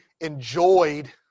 enjoyed